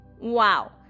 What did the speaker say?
Wow